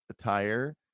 attire